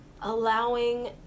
allowing